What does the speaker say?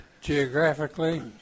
geographically